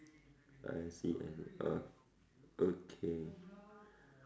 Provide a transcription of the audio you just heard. I see I see oh okay